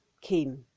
came